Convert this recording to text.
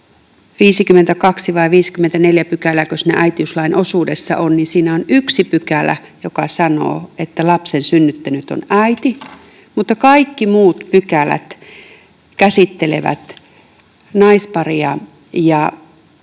52 vai 54 pykälääkö siinä äitiyslain osuudessa on, ja siinä on yksi pykälä, joka sanoo, että lapsen synnyttänyt on äiti, mutta kaikki muut pykälät käsittelevät naisparia ja